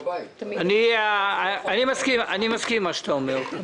אני מסכים עם מה שאתה אומר.